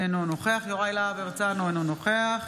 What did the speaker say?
אינו נוכח יוראי להב הרצנו, אינו נוכח